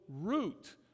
root